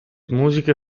musiche